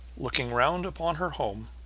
looking round upon her home,